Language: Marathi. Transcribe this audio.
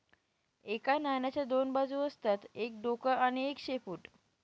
एका नाण्याच्या दोन बाजू असतात एक डोक आणि एक शेपूट